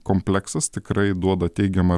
kompleksas tikrai duoda teigiamą